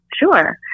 Sure